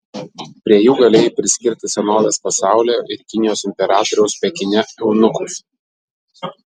prie jų galėjai priskirti senovės pasaulio ir kinijos imperatoriaus pekine eunuchus